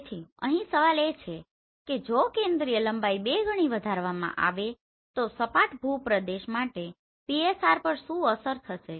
તેથી અહીં સવાલ એ છે કે જો કેન્દ્રિય લંબાઈ 2 ગણી વધારવામાં આવે તો સપાટ ભૂપ્રદેશ માટે PSR પર શું અસર થશે